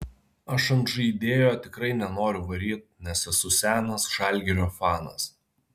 aš ant žaidėjo tikrai nenoriu varyt nes esu senas žalgirio fanas